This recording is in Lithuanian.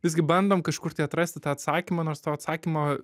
visgi bandom kažkur tai atrasti tą atsakymą nors to atsakymo